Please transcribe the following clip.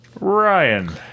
Ryan